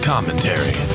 Commentary